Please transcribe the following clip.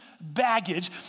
baggage